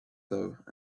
though